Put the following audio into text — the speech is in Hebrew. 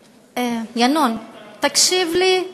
ינון, תקשיב לי,